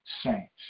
saints